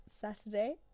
Saturday